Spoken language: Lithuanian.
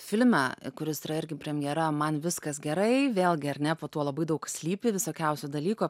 filme kuris yra irgi premjera man viskas gerai vėlgi ar ne po tuo labai daug slypi visokiausių dalykų